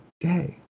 day